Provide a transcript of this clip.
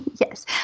Yes